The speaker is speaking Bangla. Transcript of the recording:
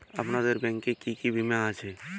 আপনাদের ব্যাংক এ কি কি বীমা আছে?